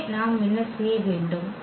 எனவே நாம் என்ன செய்ய வேண்டும்